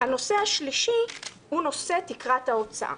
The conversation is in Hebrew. הנושא השלישי הוא תקרת ההוצאה.